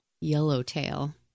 yellowtail